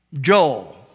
Joel